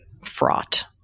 fraught